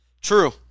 True